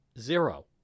zero